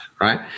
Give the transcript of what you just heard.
right